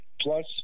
plus